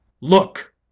Look